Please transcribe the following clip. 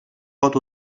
pot